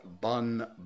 bun